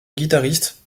guitariste